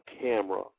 camera